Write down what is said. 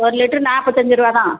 ஒரு லிட்ரு நாற்பத்தஞ்சு ரூபா தான்